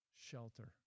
shelter